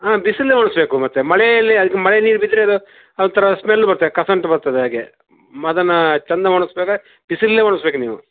ಹಾಂ ಬಿಸಿಲ್ಲಲ್ಲೆ ಒಣಗಿಸ್ಬೇಕು ಮತ್ತೆ ಮಳೆಯಲ್ಲಿ ಅದಕ್ಕೆ ಮಳೆ ನೀರು ಬಿದ್ದರೆ ಅದು ಅದೊಂತರ ಸ್ಮೆಲ್ ಬರತ್ತೆ ಕಸಂಟ್ ಬರ್ತದೆ ಹಾಗೆ ಮ್ ಅದನ್ನ ಚೆಂದ ಒಣ್ಗ್ಸಿ ಮೇಲೆ ಬಿಸಿಲ್ಲಲ್ಲೆ ಒಣಗ್ಸ್ಬೇಕು ನೀವು